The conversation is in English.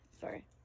Sorry